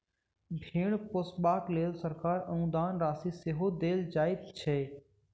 भेंड़ पोसबाक लेल सरकार अनुदान राशि सेहो देल जाइत छै